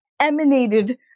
emanated